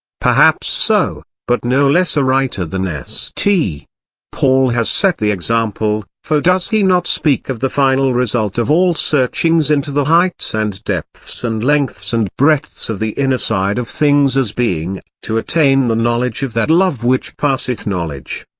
perhaps so but no less a writer than st. paul has set the example for does he not speak of the final result of all searchings into the heights and depths and lengths and breadths of the inner side of things as being, to attain the knowledge of that love which passeth knowledge.